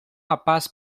rapaz